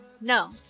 No